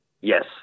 Yes